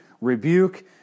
rebuke